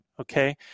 okay